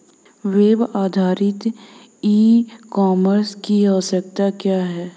Web आधारित e commerce की आवश्यकता क्या है?